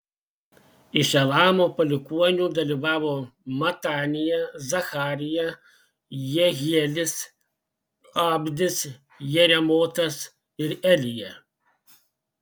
iš elamo palikuonių dalyvavo matanija zacharija jehielis abdis jeremotas ir elija